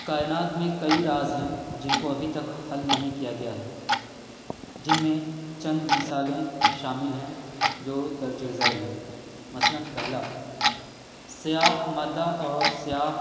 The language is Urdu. کائنات میں کئی راز ہیں جن کو ابھی تک حل نہیں کیا گیا ہے جن میں چند مثالیں شامل ہیں جو درج ذیل ہیں مثلاََ پہلا سیاہ مادہ اور سیاہ